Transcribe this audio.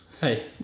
Hey